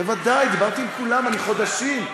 בוודאי, דיברתי עם כולם, חודשים.